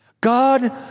God